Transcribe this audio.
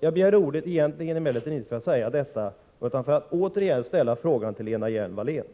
Jag begärde emellertid egentligen inte ordet för att säga detta utan för återigen ställa frågan till Lena Hjelm-Wallén: